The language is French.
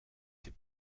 ses